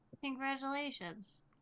Congratulations